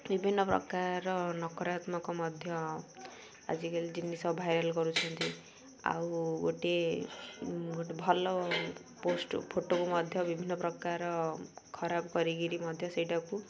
ବିଭିନ୍ନ ପ୍ରକାର ନକାରାତ୍ମକ ମଧ୍ୟ ଆଜିକାଲି ଜିନିଷ ଭାଇରାଲ୍ କରୁଛନ୍ତି ଆଉ ଗୋଟିଏ ଗୋଟେ ଭଲ ପୋଷ୍ଟ ଫଟୋକୁ ମଧ୍ୟ ବିଭିନ୍ନ ପ୍ରକାର ଖରାପ କରିକିରି ମଧ୍ୟ ସେଇଟାକୁ